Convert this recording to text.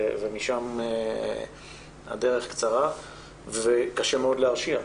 ומשם הדרך קצרה וקשה מאוד להרשיע.